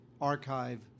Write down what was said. archive